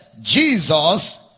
Jesus